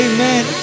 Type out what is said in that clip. Amen